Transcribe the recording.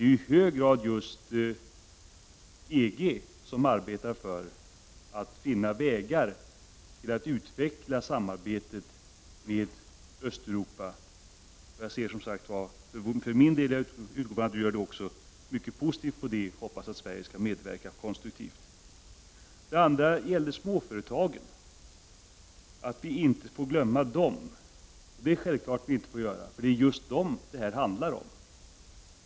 Det är i hög grad just EG som arbetar för att finna vägar som gör det möjligt att utveckla samarbetet med Östeuropa. Jag ser, som sagt, för min del mycket positivt på detta sam arbete — och jag utgår från att också Per-Ola Eriksson gör det — och jag hoppas att Sverige kommer att medverka på ett konstruktivt sätt. Min andra undran gäller småföretagen. Vi får inte glömma småföretagen, det är självklart. Det är om just småföretagen detta handlar.